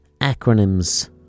Acronyms